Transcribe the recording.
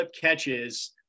catches